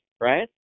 right